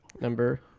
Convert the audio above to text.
Number